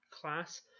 class